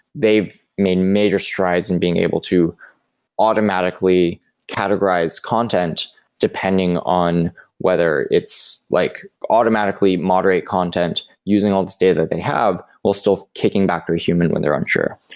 they've made major strides in being able to automatically categorize content depending on whether it's like automatically moderate content, using all these data that they have while still kicking back their human when they're unsure.